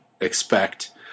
expect